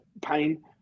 pain